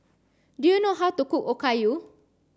do you know how to cook Okayu